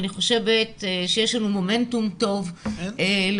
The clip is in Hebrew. אני חושבת שיש לנו מומנטום טוב להוביל.